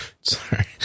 Sorry